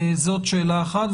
זאת שאלה אחת.